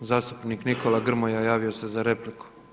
Zastupnik Nikola Grmoja javio se za repliku.